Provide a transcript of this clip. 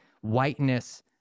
whiteness